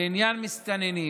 לעניין מסתננים,